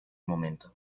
momento